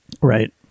Right